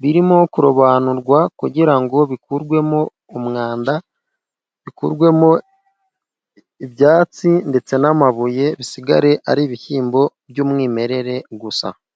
birimo kurobanurwa kugira ngo bikurwemo umwanda, bikurwemo ibyatsi ndetse n'amabuye, bisigare ari ibishyimbo by'umwimerere gusa.